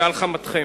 ועל חמתכם.